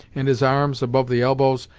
and his arms, above the elbows,